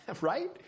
right